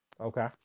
Okay